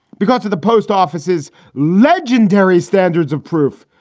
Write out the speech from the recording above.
because the post offices legendaries standards of proof,